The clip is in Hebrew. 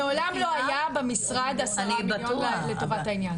מעולם לא היה במשרד 10 מיליון לטובת העניין.